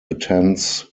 attends